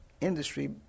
industry